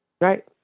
Right